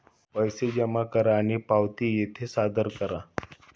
पैसे जमा करा आणि पावती येथे सादर करा